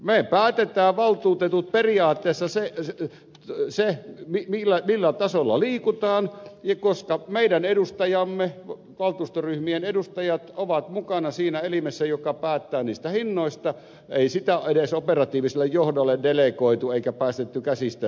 me valtuutetut päätämme periaatteessa sen millä tasolla liikutaan ja koska meidän edustajamme valtuustoryhmien edustajat ovat mukana siinä elimessä joka päättää niistä hinnoista ei sitä hinnanmuodostusta edes operatiiviselle johdolle delegoitu eikä päästetty käsistä